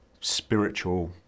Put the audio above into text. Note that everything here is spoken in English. spiritual